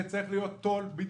צריכה להיות תו"ל תכנית לחימה,